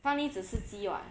fan yi 只吃鸡 [what]